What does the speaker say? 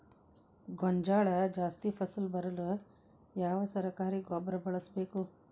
ಗೋಂಜಾಳ ಜಾಸ್ತಿ ಫಸಲು ಬರಲು ಯಾವ ಸರಕಾರಿ ಗೊಬ್ಬರ ಬಳಸಬೇಕು?